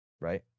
Right